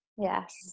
Yes